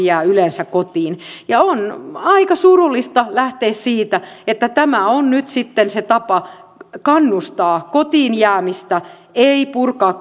jää kotiin on aika surullista lähteä siitä että tämä on nyt sitten se tapa kannustaa kotiin jäämistä ei purkaa